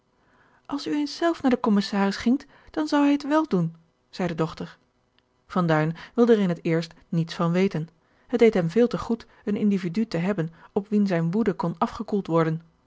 als u eens zelf naar de commissaris gingt dan zou hij het wel doen zeî de dochter van duin wilde er in het eerst niets van weten het deed hem veel te goed een individu te hebben op wien zijne woede kon afgekoeld worden